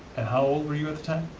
and how old were you at the time?